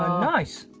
nice.